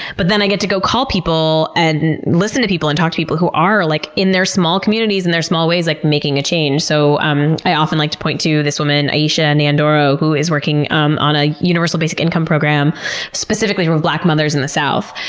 but then i get to go call people, and listen to people, and talk to people who are, like in their small communities and their small ways, like making a change. so um i often like to point to this woman, aisha nyandoro, who is working um on a universal basic income program specifically toward black mothers in the south.